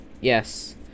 Yes